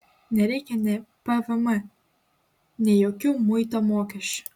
nereikia nei pvm nei jokių muito mokesčių